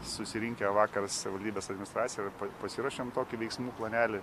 susirinkę vakar savivaldybės administracija ir pasiruošėm tokį veiksmų planelį